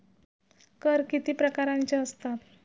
कर किती प्रकारांचे असतात?